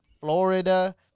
Florida